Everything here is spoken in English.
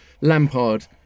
Lampard